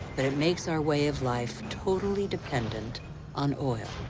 but it makes our way of life totally dependent on oil.